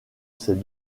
ces